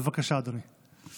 בבקשה, אדוני.